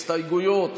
הסתייגויות